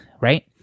right